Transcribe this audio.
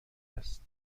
است